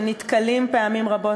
שנתקלים פעמים רבות,